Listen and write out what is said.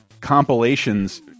compilations